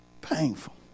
painful